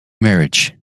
marriage